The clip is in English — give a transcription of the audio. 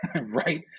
right